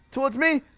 towards me!